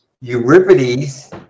Euripides